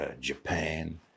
Japan